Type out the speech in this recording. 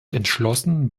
entschlossen